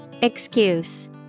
Excuse